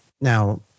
Now